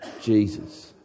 Jesus